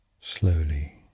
Slowly